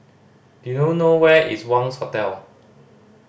do you know where is Wangz Hotel